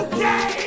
Okay